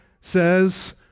says